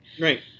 Right